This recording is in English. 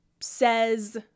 says